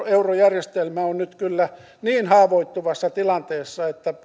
eurojärjestelmä on nyt kyllä niin haavoittuvassa tilanteessa että